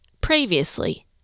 previously